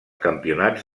campionats